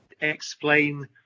explain